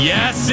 Yes